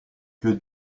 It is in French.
que